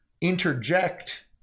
interject